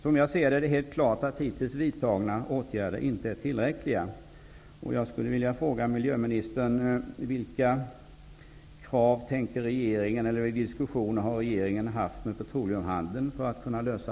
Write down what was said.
Som jag ser det är det helt klart att hittills vidtagna åtgärder inte är tillräckliga.